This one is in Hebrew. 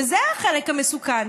וזה החלק המסוכן.